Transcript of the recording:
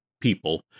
people